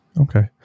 Okay